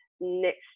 next